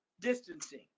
distancing